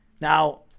Now